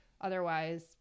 otherwise